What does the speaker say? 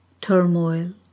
turmoil